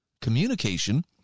communication